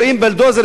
רואים בולדוזרים,